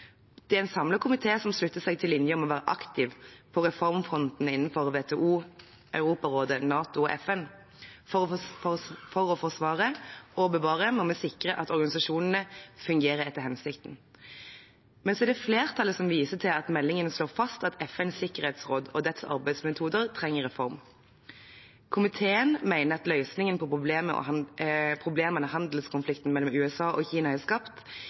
Det er en samlet komité som slutter seg til linjen om å være aktiv på reformfronten innenfor WTO, Europarådet, NATO og FN. For å forsvare og bevare må vi sikre at organisasjonene fungerer etter hensikten. Men så er det flertallet som viser til at meldingen slår fast at FNs sikkerhetsråd og dets arbeidsmetoder trenger en reform. Komiteen mener at løsningen på problemene handelskonflikten mellom USA og Kina har skapt,